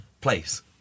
place